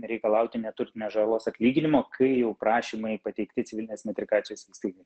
reikalauti neturtinės žalos atlyginimo kai jau prašymai pateikti civilinės metrikacijos įstaigoj